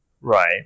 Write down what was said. Right